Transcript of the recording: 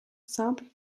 simple